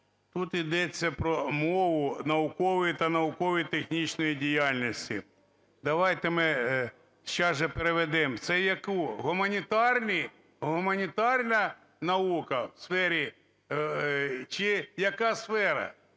Тут ідеться про мову наукової та науково-технічної діяльності. Давайте ми зараз переведемо. Це яка – гуманітарна наука в сфері чи яка сфера?